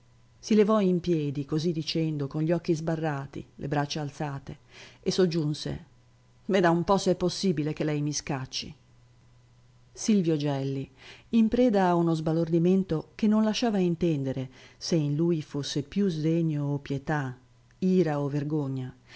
si levò in piedi così dicendo con gli occhi sbarrati le braccia alzate e soggiunse veda un po se è possibile che lei mi scacci silvio gelli in preda a uno sbalordimento che non lasciava intendere se in lui fosse più sdegno o pietà ira o vergogna